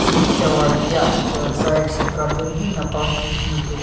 शेतीच्या वाढत्या व्यवसाय क्षेत्रातूनही नफा खूप मिळतो